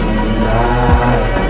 tonight